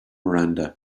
miranda